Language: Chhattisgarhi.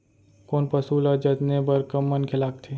कोन पसु ल जतने बर कम मनखे लागथे?